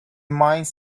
mines